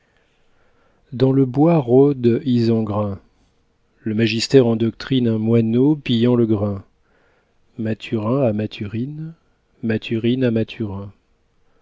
dans le bois rôde isengrin le magister endoctrine un moineau pillant le grain mathurin a mathurine mathurine a mathurin